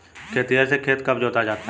खेतिहर से खेत कब जोता जाता है?